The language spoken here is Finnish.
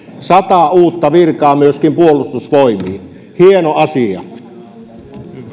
sata uutta virkaa myöskin puolustusvoimiin hieno asia